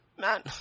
man